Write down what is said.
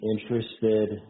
interested